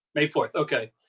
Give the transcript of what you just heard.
may fourth, okay.